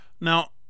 Now